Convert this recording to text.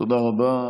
תודה רבה.